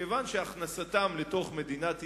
כיוון שהכנסתם לתוך מדינת ישראל,